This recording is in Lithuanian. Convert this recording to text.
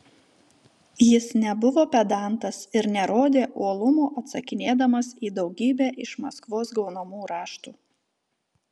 jis nebuvo pedantas ir nerodė uolumo atsakinėdamas į daugybę iš maskvos gaunamų raštų